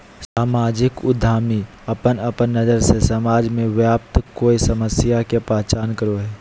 सामाजिक उद्यमी अपन अपन नज़र से समाज में व्याप्त कोय समस्या के पहचान करो हइ